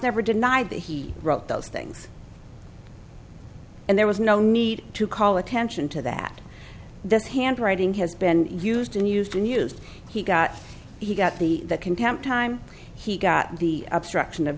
never denied that he wrote those things and there was no need to call attention to that this handwriting has been used and used and used he got he got the contempt time he got the obstruction of